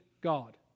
God